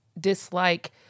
dislike